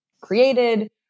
created